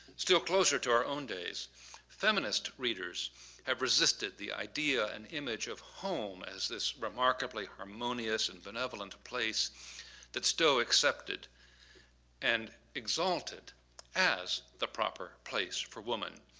still closer to our own days feminist readers have resisted the idea and image of home as this remarkably harmonious and benevolent place that's still accepted and exalted as the proper place for woman.